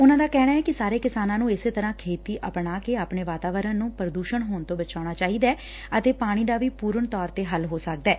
ਉਨਾਂ ਦਾ ਕਹਿਣੈ ਕਿ ਸਾਰੇ ਕਿਸਾਨਾਂ ਨੂੰ ਇਸੇ ਤਰੁਾਂ ਖੇਤੀ ਅਪਣਾ ਕੇ ਆਪਣੇ ਵਾਤਾਵਰਣ ਨੂੰ ਪ੍ਰਦੂਸ਼ਣ ਹੋਣ ਤੋਂ ਬਚਾਉਣਾ ਚਾਹੀਦਾ ਅਤੇ ਪਾਣੀ ਦਾ ਵੀ ਪੁਰਨ ਤੌਰ ਤੇ ਹੱਲ ਹੋ ਸਕਦੈ